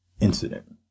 incident